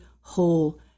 whole